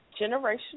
generational